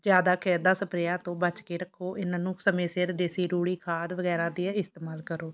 ਜ਼ਿਆਦਾ ਖਾਦਾਂ ਸਪਰੇਆਂ ਤੋਂ ਬੱਚ ਕੇ ਰੱਖੋ ਇਹਨਾਂ ਨੂੰ ਸਮੇਂ ਸਿਰ ਦੇਸੀ ਰੂੜੀ ਖਾਦ ਵਗੈਰਾ ਦੇ ਇਸਤੇਮਾਲ ਕਰੋ